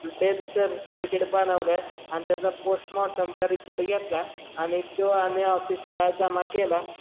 death certificate बनवलं आणि त्याचा पोस्टमॉर्टमचा रिपोर्ट घेतला आणि तो आम्ही ऑफिसला जमा केला